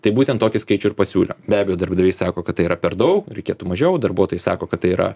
tai būtent tokį skaičių ir pasiūlė be abejo darbdaviai sako kad tai yra per daug reikėtų mažiau darbuotojai sako kad tai yra